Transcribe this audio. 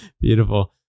Beautiful